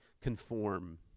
conform